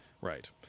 Right